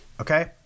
okay